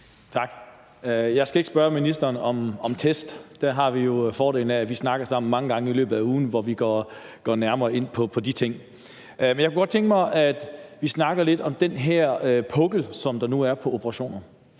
Tak. Jeg skal ikke spørge ministeren om test. Der har vi jo fordelen af, at vi snakker sammen mange gange i løbet af ugen, hvor vi går nærmere ind på de ting. Men jeg kunne godt tænke mig, at vi snakker lidt om den her pukkel, som der nu er i forhold